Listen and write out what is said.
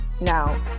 Now